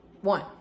one